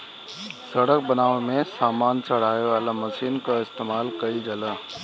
सड़क बनावे में सामान चढ़ावे वाला मशीन कअ इस्तेमाल कइल जाला